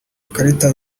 amakarita